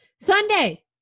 Sunday